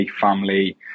family